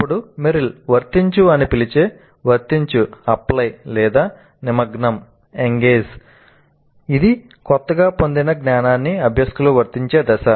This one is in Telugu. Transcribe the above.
అప్పుడు మెరిల్ 'వర్తించు' అని పిలిచే "వర్తించు Apply నిమగ్నం Engage" ఇది కొత్తగా పొందిన జ్ఞానాన్ని అభ్యాసకులు వర్తించే దశ